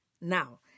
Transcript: Now